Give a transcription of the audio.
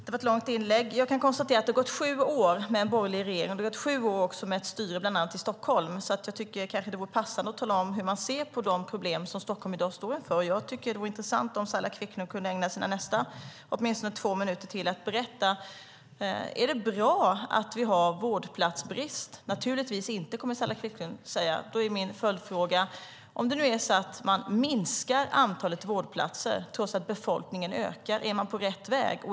Herr talman! Det var ett långt inlägg. Jag kan konstatera att det har gått sju år med en borgerlig regering. Det har gått sju år också med ert styre bland annat i Stockholm, så jag tycker kanske att det vore passande att tala om hur man ser på de problem som Stockholm i dag står inför. Jag tycker att det vore intressant om Saila Quicklund kunde ägna sina nästa två minuter till att berätta om hon tycker att det är bra att vi har vårdplatsbrist. Naturligtvis inte, kommer Saila Quicklund att säga. Då är min följdfråga: Om det nu är så att man minskar antalet vårdplatser trots att befolkningen ökar, är man då på rätt väg?